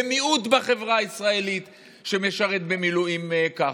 זה מיעוט בחברה הישראלית שמשרת במילואים כך,